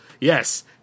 Yes